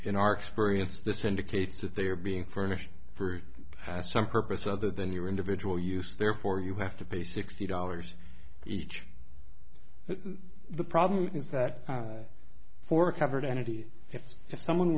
in our experience this indicates that they are being furnished for has some purpose other than your individual use therefore you have to pay sixty dollars each the problem is that for a covered entity it's if someone